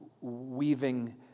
weaving